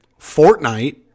Fortnite